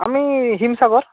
আমি হিমসাগর